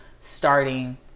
starting